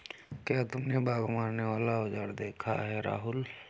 क्या तुमने बाघ मारने वाला औजार देखा है राहुल?